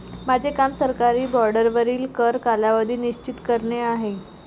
माझे काम सरकारी बाँडवरील कर कालावधी निश्चित करणे आहे